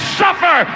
suffer